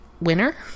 winner